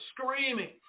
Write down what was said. screaming